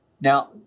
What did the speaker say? Now